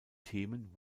themen